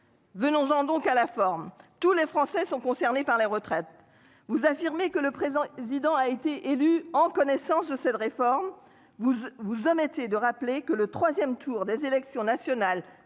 Venons-en donc à la forme tous les Français sont concernés par les retraites. Vous affirmez que le président Zidan a été élu en connaissance de cette réforme vous vous omettez de rappeler que le 3ème tour des élections nationales